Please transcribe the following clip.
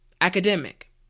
academic